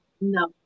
No